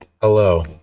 Hello